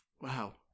Wow